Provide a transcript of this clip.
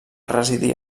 residir